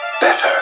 better